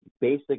basic